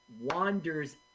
wanders